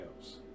else